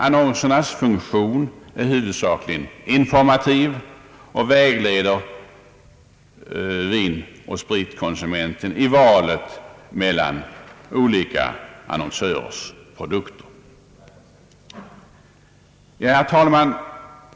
Annonsernas funktion är huvudsakligen informativ och vägledande för vinoch spritkonsumenten i valet mellan olika annonsörers produkter. Herr talman!